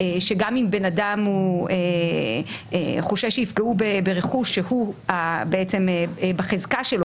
שגם אם בן אדם הוא חושש שיפגעו ברכוש שהוא בעצם בחזקה שלו,